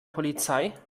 polizei